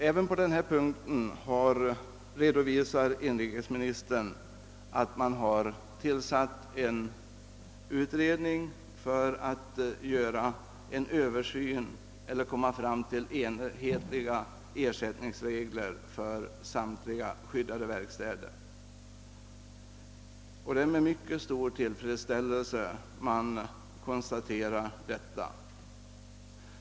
Även på denna punkt redovisar inrikesministern att man har tillsatt en utredning för att göra en översyn för att komma fram till enhetliga ersättningsregler för samtliga skyddade verkstäder. Det är med mycket stor tillfredsställelse jag konstaterar detta.